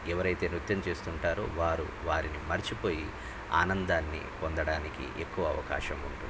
ఎవరైతే నృత్యం చేస్తుంటారో వారు వారిని మర్చిపోయి ఆనందాన్ని పొందడానికి ఎక్కువ అవకాశం ఉంటుంది